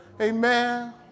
Amen